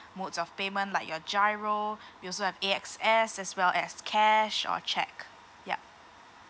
modes of payment like your GIRO WE also have A_X_S as well as cash or cheque